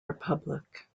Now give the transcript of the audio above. republic